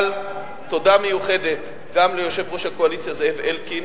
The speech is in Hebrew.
אבל תודה מיוחדת גם ליושב-ראש הקואליציה זאב אלקין,